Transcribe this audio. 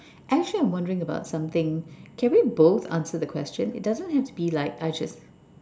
actually I'm wondering about something can we both answer the question it doesn't have to be like I just